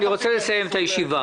אני רוצה לסיים את הישיבה.